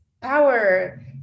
power